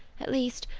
at least,